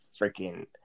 freaking